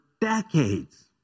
decades